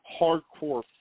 hardcore